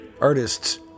Artists